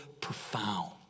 profound